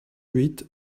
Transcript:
huit